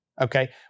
Okay